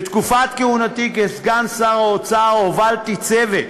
בתקופת כהונתי כסגן שר האוצר הובלתי צוות